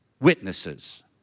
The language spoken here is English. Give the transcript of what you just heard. witnesses